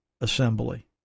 assembly